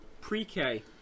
pre-K